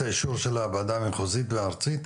האישור של הוועדה המחוזית הארצית,